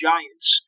Giants